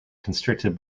constricted